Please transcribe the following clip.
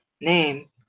Name